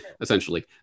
essentially